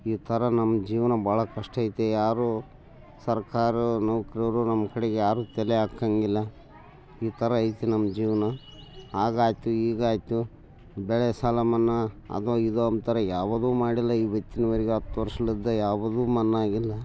ಈ ಥರ ನಮ್ಮ ಜೀವನ ಭಾಳ ಕಷ್ಟ ಐತಿ ಯಾರು ಸರ್ಕಾರಿ ನೌಕರರು ನಮ್ಮ ಕಡೆಗ್ ಯಾರು ತಲೆ ಹಾಕೋಂಗಿಲ್ಲ ಈ ಥರ ಐತೆ ನಮ್ಮ ಜೀವನ ಆಗಾಯಿತು ಈಗಾಯಿತು ಬೆಳೆ ಸಾಲ ಮನ್ನ ಅದು ಇದು ಅಂತಾರೆ ಯಾವುದೂ ಮಾಡಿಲ್ಲ ಇವತ್ತಿನವರೆಗೆ ಹತ್ತು ವರ್ಷಲಿದ್ದ ಯಾವುದೂ ಮನ್ನ ಆಗಿಲ್ಲ